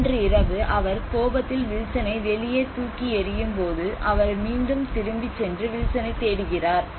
அன்றிரவு அவர் கோபத்தில் வில்சனை வெளியே தூக்கி எறியும்போது அவர் மீண்டும் திரும்பிச் சென்று வில்சனைத் தேடுகிறார்